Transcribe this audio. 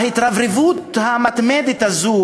ההתרברבות המתמדת הזו